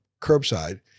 curbside